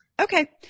Okay